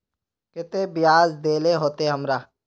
केते बियाज देल होते हमरा?